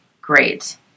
great